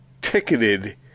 ticketed